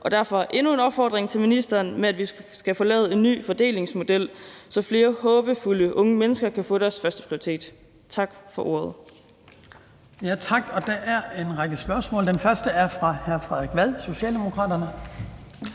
lyde endnu en opfordring til ministeren om, at vi får lavet en ny fordelingsmodel, så flere håbefulde unge mennesker kan få deres førsteprioritet. Tak for ordet. Kl. 12:14 Den fg. formand (Hans Kristian Skibby): Tak. Der er en række spørgsmål. Det første er fra hr. Frederik Vad, Socialdemokraterne.